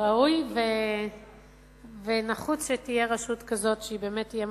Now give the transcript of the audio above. ראוי ונחוץ שתהיה רשות כזאת שהיא באמת תהיה ממלכתית,